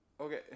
okay